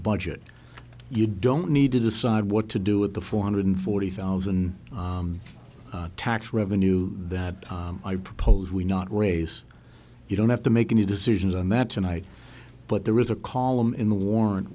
budget you don't need to decide what to do with the four hundred forty thousand tax revenue that i propose we not raise you don't have to make any decisions on that tonight but there is a column in the warrant